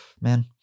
man